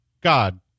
God